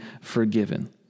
forgiven